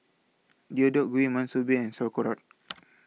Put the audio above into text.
Deodeok Gui Monsunabe and Sauerkraut